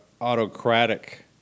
autocratic